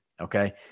Okay